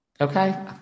Okay